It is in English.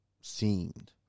seemed